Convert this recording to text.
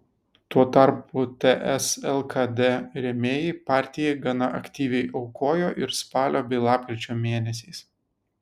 tuo tarpu ts lkd rėmėjai partijai gana aktyviai aukojo ir spalio bei lapkričio mėnesiais